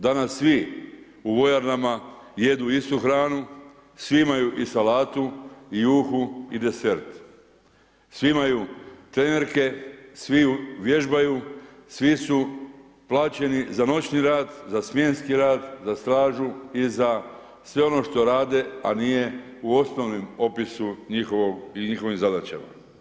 Danas svi u vojarnama jedu istu hranu, svi imaju i salatu i juhu i desert, svi imaju trenerke, svi vježbaju svi su plaćeni za noćni rad, za smjenski rad, za stražu i za sve ono što rade a nije u osnovnom opisu i njihovim zadaćama.